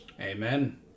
Amen